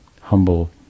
humble